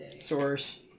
source